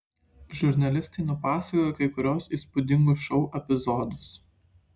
žurnalistai nupasakoja kai kuriuos įspūdingus šou epizodus